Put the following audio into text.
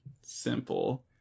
simple